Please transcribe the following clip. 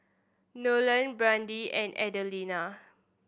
Nolen Brandi and Adelina